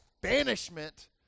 banishment